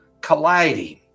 colliding